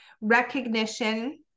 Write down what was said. recognition